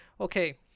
Okay